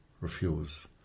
refuse